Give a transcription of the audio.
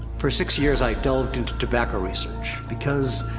for six years i delved into tobacco research. because.